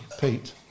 Pete